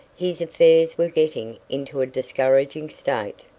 his affairs were getting into a discouraging state.